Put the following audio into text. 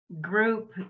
group